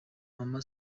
mama